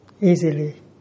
easily